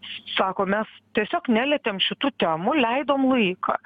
sako mes tiesiog nelietėm šitų temų leidom laiką